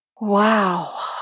wow